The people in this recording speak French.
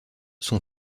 son